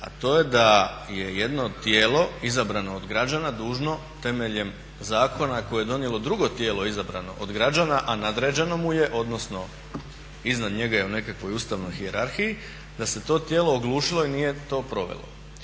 a to je da je jedno tijelo izabrano od građana dužno temeljem zakona koje je donijelo drugo tijelo izabrano od građana, a nadređeno mu je odnosno iznad njega je u nekakvoj ustavnoj hijerarhiji da se to tijelo oglušilo i nije to provelo.